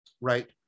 right